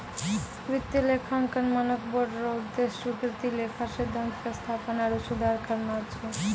वित्तीय लेखांकन मानक बोर्ड रो उद्देश्य स्वीकृत लेखा सिद्धान्त के स्थापना आरु सुधार करना छै